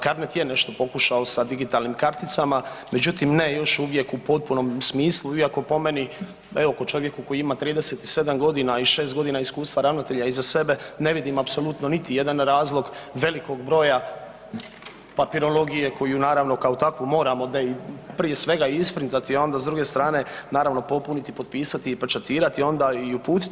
CARNET je nešto pokušao sa digitalnim karticama, međutim ne još uvijek u potpunom smislu iako po meni evo kao čovjeku koji ima 37 godina i 6 godina iskustva ravnatelja iza sebe ne vidim apsolutno niti jedan razlog velikog broja papirologije koju naravno kao takvu moramo prije svega isprintati, a onda s druge strane naravno popuniti, potpisati i pečatirati onda i uputiti.